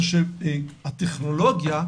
זה שהטכנולוגיה,